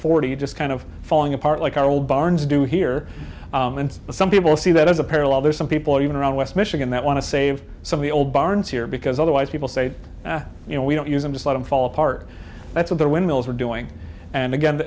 forty just kind of falling apart like our old barns do here and some people see that as a parallel there are some people even around west michigan that want to save some of the old barns here because otherwise people say you know we don't use them just let him fall apart that's what they're windmills were doing and again